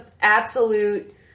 absolute